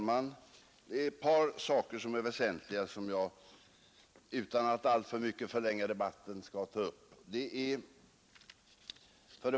Fru talman! Det är ett par väsentliga saker som jag utan att alltför mycket förlänga debatten skall ta upp.